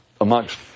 Amongst